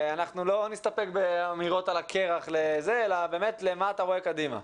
אנחנו לא נסתפק באמירות על הקרח אלא באמת למה אתה רואה קדימה.